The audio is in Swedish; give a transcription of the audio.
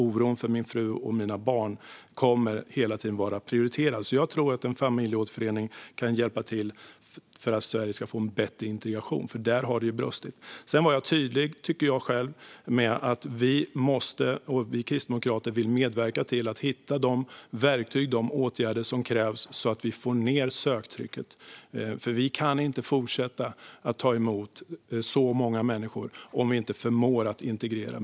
Oron för min fru och mina barn kommer hela tiden att vara prioriterad. Jag tror att en familjeåterförening kan hjälpa till att ge Sverige en bättre integration. Där har det brustit. Sedan var jag tydlig, tycker jag själv, med att vi måste - och vi kristdemokrater vill medverka till det - hitta de verktyg och de åtgärder som krävs så att vi får ned söktrycket. Vi kan inte fortsätta att ta emot så här många människor om vi inte förmår integrera.